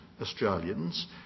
Australians